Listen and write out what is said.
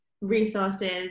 resources